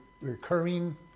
recurring